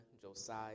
Josiah